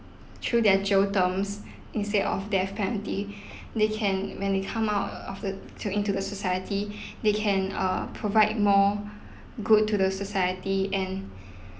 through their jail terms instead of death penalty they can when they come out of the to into the society they can err provide more good to the society and